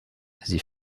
sie